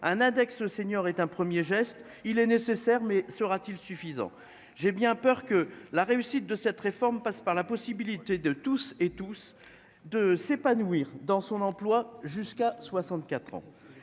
un index seniors est un 1er geste il est nécessaire, mais sera-t-il suffisant. J'ai bien peur que la réussite de cette réforme passe par la possibilité de tous et tous de s'épanouir dans son emploi, jusqu'à 64 ans